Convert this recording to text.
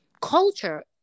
Culture